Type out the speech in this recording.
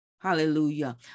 Hallelujah